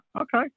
Okay